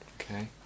okay